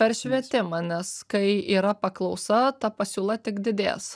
per švietimą nes kai yra paklausa ta pasiūla tik didės